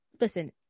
listen